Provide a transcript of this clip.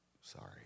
sorry